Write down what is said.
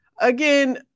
Again